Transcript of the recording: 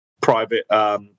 private